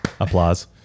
Applause